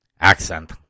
accent